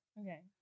Okay